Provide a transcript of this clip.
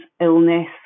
illness